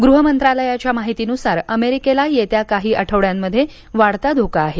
गृह मंत्रालयाच्या माहितीनुसार अमेरिकेला येत्या काही आठवड्यांमध्ये वाढता धोका आहे